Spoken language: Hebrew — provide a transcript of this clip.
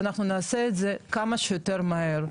שאנחנו נעשה את זה כמה שיותר מהר,